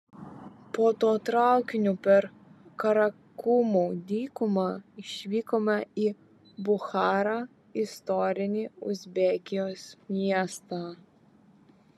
po to traukiniu per karakumų dykumą išvykome į bucharą istorinį uzbekijos miestą